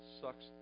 sucks